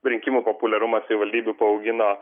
rinkimų populiarumą savivaldybių paaugino